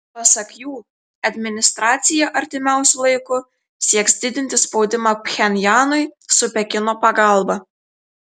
pasak jų administracija artimiausiu laiku sieks didinti spaudimą pchenjanui su pekino pagalba